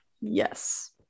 yes